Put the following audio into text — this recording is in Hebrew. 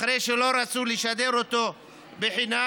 אחרי שלא רצו לשדר אותו חינם.